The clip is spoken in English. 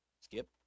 Skip